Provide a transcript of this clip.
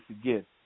again